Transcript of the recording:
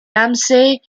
ramsey